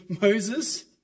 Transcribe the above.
Moses